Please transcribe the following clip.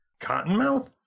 Cottonmouth